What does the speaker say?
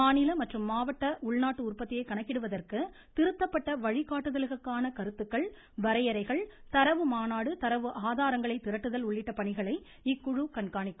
மாநில மற்றும் மாவட்ட உள்நாட்டு உற்பத்தியை கணக்கிடுவதற்கு திருத்தப்பட்ட வழிகாட்டுதல்களுக்கான கருத்துக்கள் வரையறைகள் தரவு மாநாடு தரவு ஆதாரங்களை திரட்டுதல் உள்ளிட்ட பணிகளை இக்குழு கண்காணிக்கும்